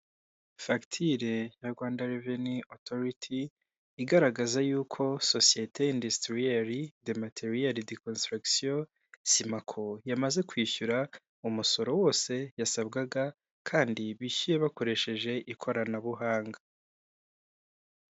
Fagitire ya Rwanda reveni otoriti igaragaza yuko sosiyete indisitiriyeri de materiyeri de konsitaragisiyo simako, yamaze kwishyura umusoro wose yasabwaga kandi bishyuye bakoresheje ikoranabuhanga.